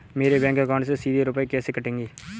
मेरे bank account से सीधे रुपए कैसे कटेंगे?